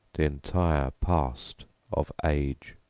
the entire past of age.